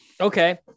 Okay